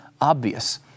obvious